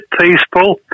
peaceful